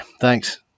thanks